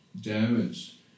damage